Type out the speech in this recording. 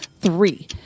three